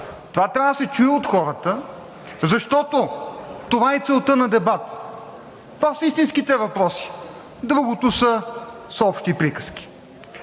Това трябва да се чуе от хората, защото това е целта на дебата, това са истинските въпроси. Другото са общи приказки.